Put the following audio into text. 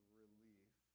relief